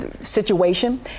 situation